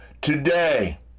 today